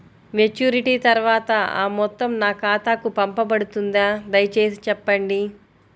Maturity తర్వాత ఆ మొత్తం నా ఖాతాకు పంపబడుతుందా? దయచేసి చెప్పండి?